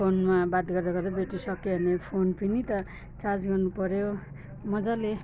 फोनमा बात गर्दा गर्दै ब्याट्री सकियो भने फोन पनि त चार्ज गर्नुपऱ्यो मजाले